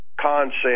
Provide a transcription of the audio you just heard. concept